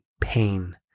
pain